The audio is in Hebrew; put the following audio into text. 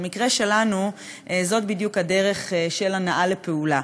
במקרה שלנו זאת בדיוק הדרך של הנעה לפעולה.